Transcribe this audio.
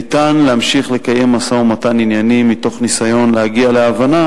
ניתן להמשיך לקיים משא-ומתן ענייני מתוך ניסיון להגיע להבנה,